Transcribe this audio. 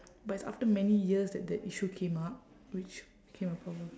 but it's after many years that that issue came up which became a problem